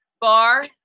bar